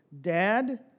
Dad